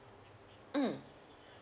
mm